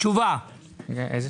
היועצת